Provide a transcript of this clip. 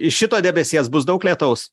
iš šito debesies bus daug lietaus